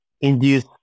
induce